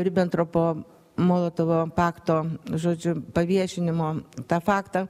ribentropo molotovo pakto žodžiu paviešinimo tą faktą